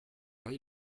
heure